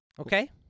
Okay